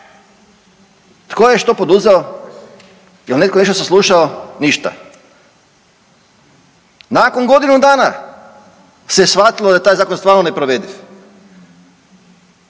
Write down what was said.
Tko je što poduzeo? Jel' netko nešto saslušao? Ništa. Nakon godinu dana se shvatilo da je taj zakon stvarno neprovediv.